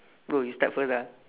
bro you start first ah